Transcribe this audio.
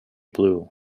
blue